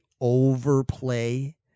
overplay